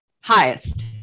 highest